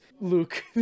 Luke